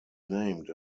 named